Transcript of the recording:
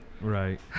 Right